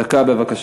דקה, בבקשה.